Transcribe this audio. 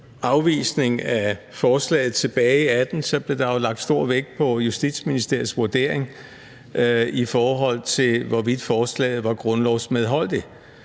afvisning af forslaget tilbage i 2018 blev der jo lagt stor vægt på Justitsministeriets vurdering, i forhold til hvorvidt forslaget var grundlovmedholdeligt.